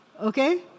okay